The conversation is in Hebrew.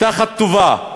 תחת טובה,